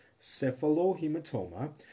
cephalohematoma